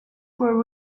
were